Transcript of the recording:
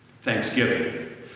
Thanksgiving